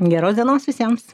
geros dienos visiems